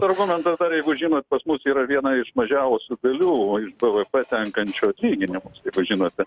argumentas dar jeigu žinot pas mus yra viena iš mažiausių dalių iš bvp tenkančių atlyginimus kaip jūs žinote